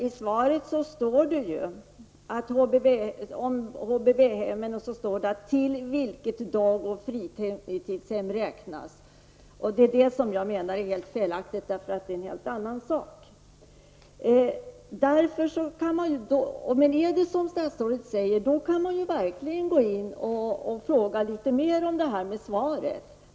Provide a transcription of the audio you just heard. I svaret står det emellertid om HVB hemmen: ''-- till vilket dag och fritidshem räknas''. Detta är helt felaktigt, eftersom det enligt min mening rör sig om en helt annan sak. Skulle det vara som statsrådet säger kan man verkligen gå in och fråga litet mer med anledning av svaret.